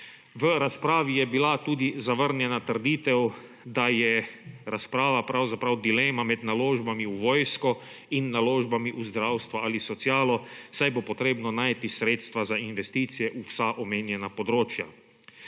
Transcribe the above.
V razpravi je bila tudi zavrnjena trditev, da je razprava pravzaprav dilema med naložbami v vojsko in naložbami v zdravstvo ali socialo, saj bo potrebno najti sredstva za investicije v vsa omenjena področja.